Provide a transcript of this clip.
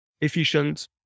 efficient